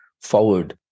forward